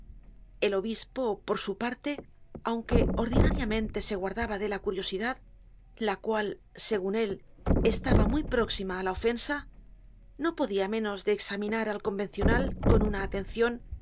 el obispo por su parte aunque ordinariamente se guardaba de la curiosidad la cual segun él estaba muy próxima á la ofensa no podía menos de examinar al convencional con una atencion